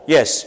Yes